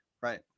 Right